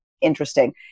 interesting